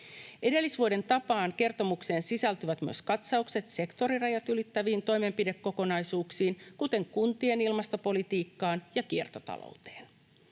Edellisvuoden tapaan kertomukseen sisältyvät myös katsaukset sektorirajat ylittäviin toimenpidekokonaisuuksiin, kuten kuntien ilmastopolitiikkaan ja kiertotalouteen.